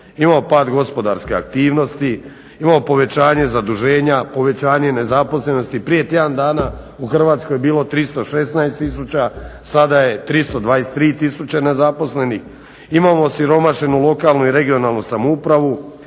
Imamo pad gospodarske aktivnosti, imamo povećanje zaduženja, povećanje nezaposlenosti. Prije tjedan dana u Hrvatskoj je bilo 316 tisuća, sada je 323 tisuće nezaposlenih, imamo osiromašenu lokalnu i regionalnu samoupravu,